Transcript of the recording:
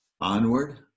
Onward